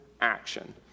action